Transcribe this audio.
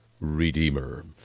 redeemer